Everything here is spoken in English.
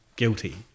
guilty